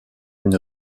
une